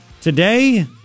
Today